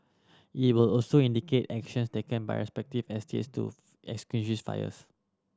it will also indicate actions taken by respective estates to extinguish fires